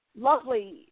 lovely